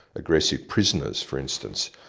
aggressive prisoners for instance.